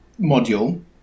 module